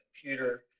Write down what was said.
computer